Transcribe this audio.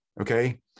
okay